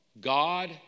God